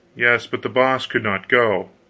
yes, but the boss could not go,